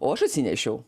o aš atsinešiau